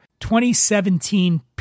2017